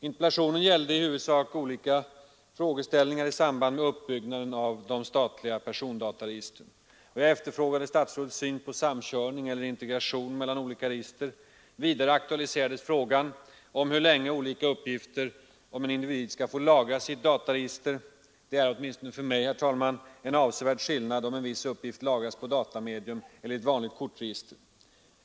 Interpellationen gällde i huvudsak olika frågeställningar i samband med uppbyggnaden av de statliga persondataregistren. Jag efterfrågade statsrådets syn på samkörning eller integration mellan olika register. Vidare aktualiserades frågan om hur länge olika uppgifter om en individ skall få lagras i ett dataregister. Det är åtminstone för mig, herr talman, en avsevärd skillnad om en viss uppgift lagras på datamedium eller i ett vanligt kortregister.